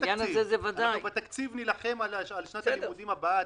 אנחנו בתקציב נילחם על שנת הלימודים הבאה,